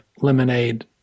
lemonade